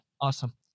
Awesome